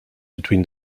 between